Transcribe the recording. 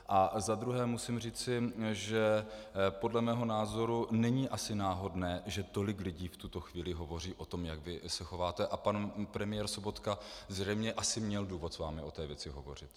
A za druhé musím říci, že podle mého názoru není asi náhodné, že tolik lidí v tuto chvíli hovoří o tom, jak vy se chováte, a pan premiér Sobotka zřejmě asi měl důvod s vámi o té věci hovořit.